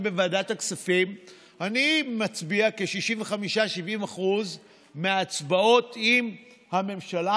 בוועדת הכספים אני מצביע כ-65% 70% מההצבעות עם הממשלה,